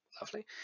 lovely